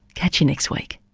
catch you next week